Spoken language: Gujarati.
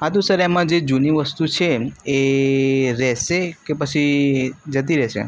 હા તો સર એમાં જે જૂની વસ્તુ છે એમ એ રહેશે કે પછી જતી રહેશે